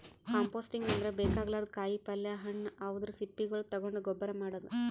composting ಅಂದ್ರ ಬೇಕಾಗಲಾರ್ದ್ ಕಾಯಿಪಲ್ಯ ಹಣ್ಣ್ ಅವದ್ರ್ ಸಿಪ್ಪಿಗೊಳ್ ತಗೊಂಡ್ ಗೊಬ್ಬರ್ ಮಾಡದ್